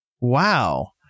Wow